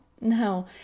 No